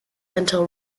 until